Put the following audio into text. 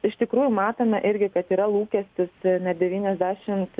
iš tikrųjų matome irgi kad yra lūkestis net devyniasdešimt